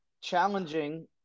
challenging